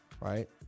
right